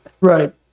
Right